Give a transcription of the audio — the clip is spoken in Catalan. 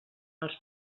els